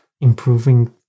improving